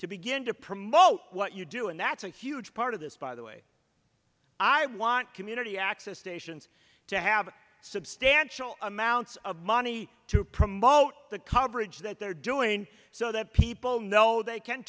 to begin to promote what you do and that's a huge part of this by the way i want community access stations to have substantial amounts of money to promote the coverage that they're doing so that people know they can